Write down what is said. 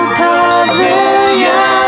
pavilion